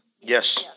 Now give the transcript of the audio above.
Yes